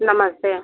नमस्ते